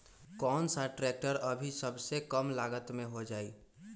कौन सा ट्रैक्टर अभी सबसे कम लागत में हो जाइ?